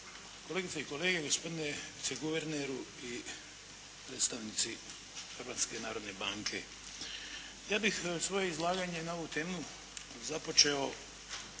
Kolegice i kolege, gospodine viceguverneru i predstavnici Hrvatske narodne banke. Ja bih svoje izlaganje na ovu temu započeo